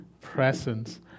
presence